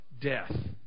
death